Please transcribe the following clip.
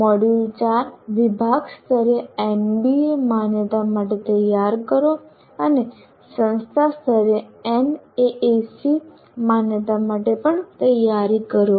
module 4 વિભાગ સ્તરે NBA માન્યતા માટે તૈયાર કરો અને સંસ્થા સ્તરે એનએએસી માન્યતા માટે પણ તૈયારી કરો